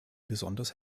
besonders